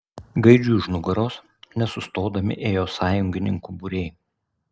gaidžiui už nugaros nesustodami ėjo sąjungininkų būriai